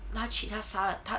那去他杀了她